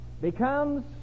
becomes